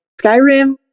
Skyrim